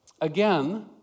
Again